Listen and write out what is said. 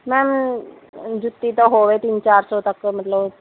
ma'am ਜੁੱਤੀ ਤਾਂ ਹੋਵੇ ਤਿੰਨ ਚਾਰ ਸੌ ਤੱਕ ਮਤਲਬ